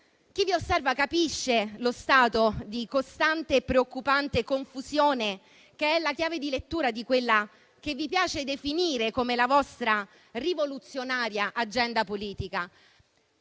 Chi vi osserva capisce lo stato di costante e preoccupante confusione, che è la chiave di lettura di quella che vi piace definire come la vostra rivoluzionaria agenda politica.